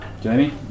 Jamie